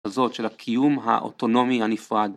הזאת של הקיום האוטונומי הנפרד